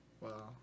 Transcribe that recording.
Wow